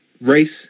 race